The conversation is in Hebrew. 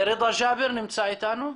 רדה ג'אבר נמצא אתנו?